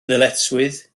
ddyletswydd